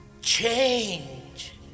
change